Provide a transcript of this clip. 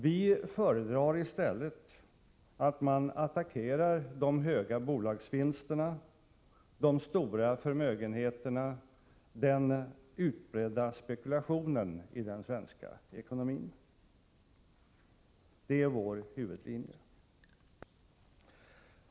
Vi föredrar i stället att man attackerar de höga bolagsvinsterna, de stora förmögenheterna och den utbredda spekulationen i den svenska ekonomin — det är vår huvudlinje.